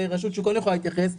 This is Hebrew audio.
זה רשות שוק ההון יכולה להתייחס,